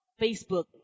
Facebook